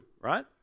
right